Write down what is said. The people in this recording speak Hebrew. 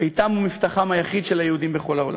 ביתם ומבטחם היחיד של היהודים בכל העולם.